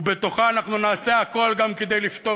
ובתוכה אנחנו נעשה הכול גם כדי לפתור